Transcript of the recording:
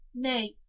nay